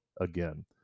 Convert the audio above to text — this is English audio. again